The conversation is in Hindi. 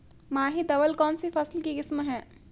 माही धवल कौनसी फसल की किस्म है?